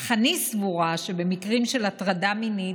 אך אני סבורה שבמקרים של הטרדה מינית,